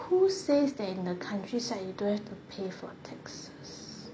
who says that in the countryside you don't have to pay for taxes